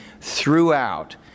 throughout